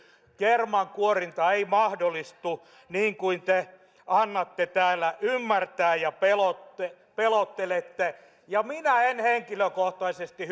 kermankuorinta ei mahdollistu vaikka te annatte täällä niin ymmärtää ja pelottelette pelottelette ja minä en henkilökohtaisesti